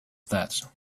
that